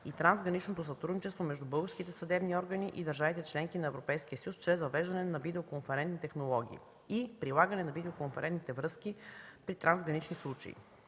и трансграничното сътрудничество между българските съдебни органи и държавите – членки на Европейския съюз чрез въвеждане на видеоконферентни технологии и прилагане на видеоконферентните връзки при трансгранични случаи.